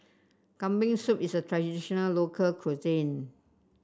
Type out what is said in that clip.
Kambing Soup is a traditional local cuisine